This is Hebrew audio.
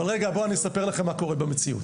אבל רגע, בואו אני אספר לכם מה קורה במציאות.